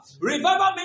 Revival